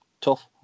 tough